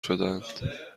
شدند